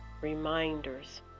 reminders